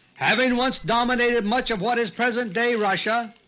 having once dominated much of what is present-day russia,